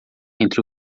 entre